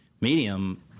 medium